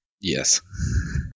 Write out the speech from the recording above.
yes